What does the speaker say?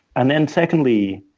and then secondly,